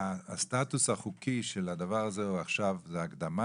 זה --- הסטטוס החוקי של הדבר הזה עכשיו זה הקדמה